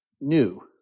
new